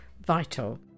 vital